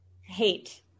Hate